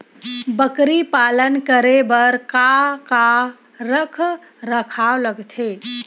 बकरी पालन करे बर काका रख रखाव लगथे?